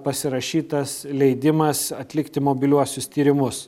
pasirašytas leidimas atlikti mobiliuosius tyrimus